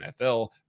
NFL